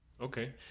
Okay